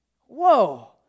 Whoa